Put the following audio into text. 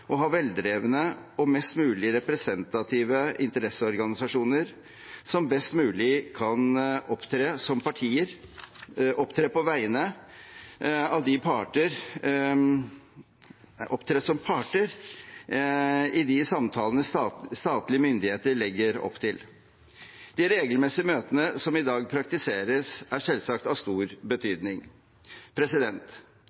å ha veldrevne og mest mulig representative interesseorganisasjoner som best mulig kan opptre som parter i de samtalene statlige myndigheter legger opp til. De regelmessige møtene som i dag praktiseres, er selvsagt av stor